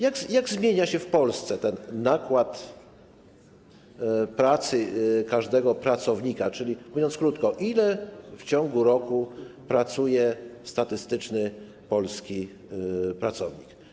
Jak zmienia się w Polsce ten nakład pracy każdego pracownika, czyli mówiąc krótko: Ile w ciągu roku pracuje statystyczny polski pracownik?